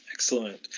Excellent